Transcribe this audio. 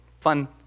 fun